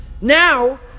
Now